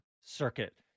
circuit